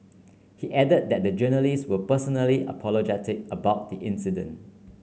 he added that the journalists were personally apologetic about the incident